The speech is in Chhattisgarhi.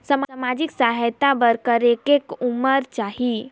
समाजिक सहायता बर करेके उमर चाही?